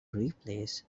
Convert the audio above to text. replace